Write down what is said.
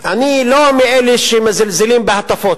אני לא מאלה שמזלזלים בהטפות.